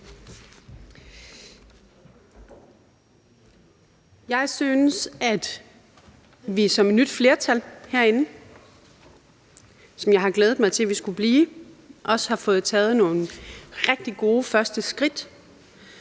Jeg synes, at vi som et nyt flertal herinde, som jeg har glædet mig til at vi skulle blive, også har fået taget nogle rigtig gode første skridt.